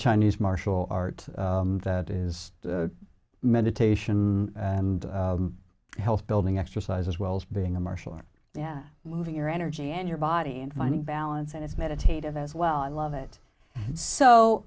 chinese martial art that is a meditation and health building exercise as well as being a martial art yeah moving your energy and your body and finding balance and it's meditative as well i love it so